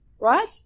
Right